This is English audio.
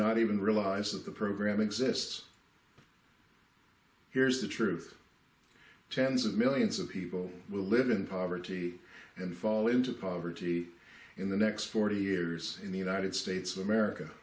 not even realize that the program exists here's the truth tens of millions of people will live in poverty and fall into poverty in the next forty years in the united states of america